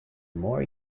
more